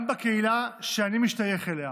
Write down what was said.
גם בקהילה שאני משתייך אליה